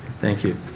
thank you.